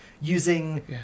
using